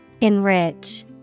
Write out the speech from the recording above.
Enrich